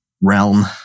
realm